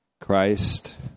Christ